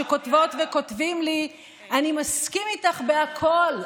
שכותבות וכותבים לי: אני מסכים איתך בהכול,